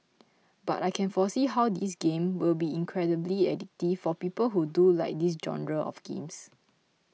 but I can foresee how this game will be incredibly addictive for people who do like this genre of games